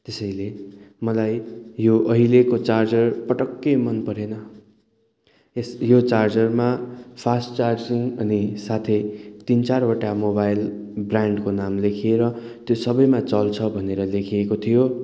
त्यसैले मलाई यो अहिलेको चार्जर पटक्कै मनपरेन यस यो चार्जरमा फास्ट चार्जिङ अनि साथै तिन चारवटा मोबाइल ब्रान्डको नाम लेखिएर त्यो सबैमा चल्छ भनेर लेखिएको थियो